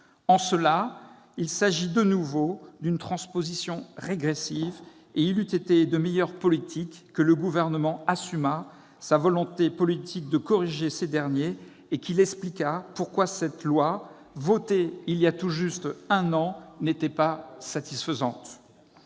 En cela, il s'agit de nouveau d'une transposition régressive, et il eût été de meilleure politique que le Gouvernement assumât sa volonté politique de corriger ce texte et qu'il expliquât pourquoi cette loi, votée il y a tout juste un an, n'était pas satisfaisante.